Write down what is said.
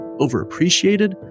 overappreciated